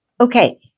okay